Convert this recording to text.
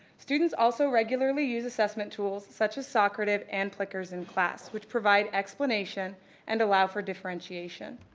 students also regularly use assessment tools, such as socrative and plickers, in class, which provide explanation and allow for differentiation.